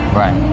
right